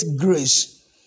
grace